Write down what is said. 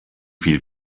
viel